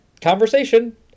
conversation